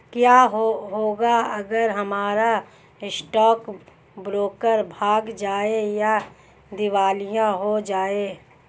क्या होगा अगर हमारा स्टॉक ब्रोकर भाग जाए या दिवालिया हो जाये?